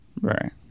Right